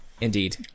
Indeed